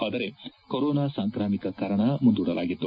ಆದರೆ ಕೊರೋನಾ ಸಾಂಕ್ರಾಮಿಕ ಕಾರಣ ಮುಂದೂಡಲಾಗಿತ್ತು